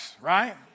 right